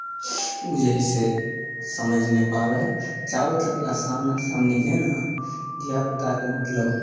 ओ जे हइ से समझि नहि पाबै हइ जाबे तक लए सामना सामनी जे हइ ने धियापुताके मतलब